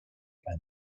and